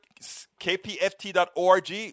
kpft.org